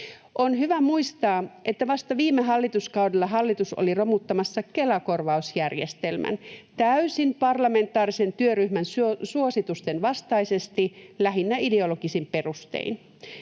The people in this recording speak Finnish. On hyvä muistaa, että vasta viime hallituskaudella hallitus oli romuttamassa Kela-korvausjärjestelmän — täysin parlamentaarisen työryhmän suositusten vastaisesti, lähinnä ideologisin perustein.